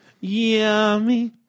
Yummy